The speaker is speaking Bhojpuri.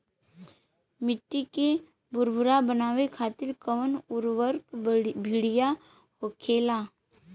मिट्टी के भूरभूरा बनावे खातिर कवन उर्वरक भड़िया होखेला?